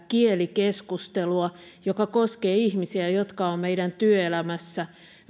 kielikeskustelua joka koskee ihmisiä jotka ovat meidän työelämässä